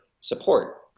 support